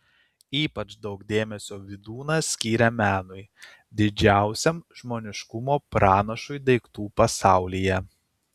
ypač daug dėmesio vydūnas skiria menui didžiausiam žmoniškumo pranašui daiktų pasaulyje